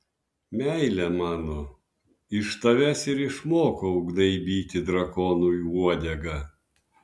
meile mano iš tavęs ir išmokau gnaibyti drakonui uodegą